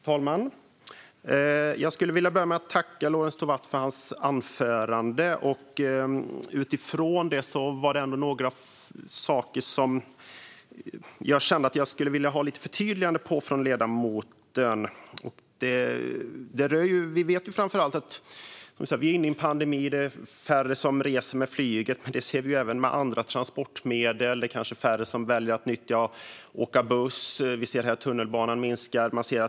Fru talman! Jag vill börja med att tacka Lorentz Tovatt för hans anförande. Det finns några saker som jag skulle vilja att ledamoten förtydligar. Vi är inne i en pandemi. Det är färre som reser med flyget. Men det ser vi även när det gäller andra transportmedel. Det är kanske färre som väljer att åka buss. Antalet som väljer att åka tunnelbana minskar.